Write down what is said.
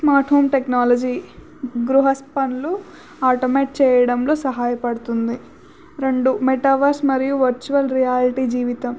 smart home technology గృహ పనులు automate చెయ్యడంలో సహాయపడుతుంది రెండు మెటవర్స్ మరియు వర్చువల్ రియాలిటీ జీవితం